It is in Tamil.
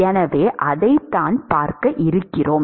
எனவே அதைத்தான் பார்க்கப் போகிறோம்